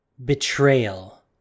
Betrayal